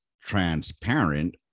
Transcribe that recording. transparent